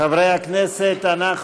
חברי הכנסת, אנחנו